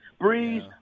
Breeze